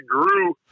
grew